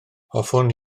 hoffwn